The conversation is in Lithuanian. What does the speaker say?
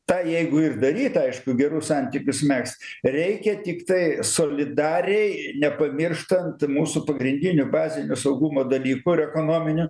tą jeigu ir daryti aišku gerus santykius megzt reikia tiktai solidariai nepamirštant mūsų pagrindinių bazinių saugumo dalykų ir ekonominių